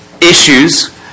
issues